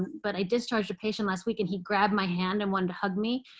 but i discharged a patient last week. and he grabbed my hand and wanted to hug me.